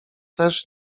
też